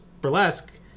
burlesque